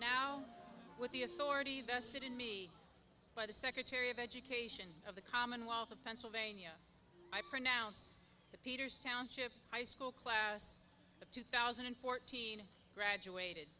now with the authority by the secretary of education of the commonwealth of pennsylvania i pronounce that peter township high school class of two thousand and fourteen graduated